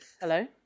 hello